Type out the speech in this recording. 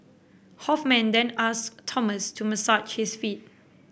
Hoffman then asked Thomas to massage his feet